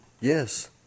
Yes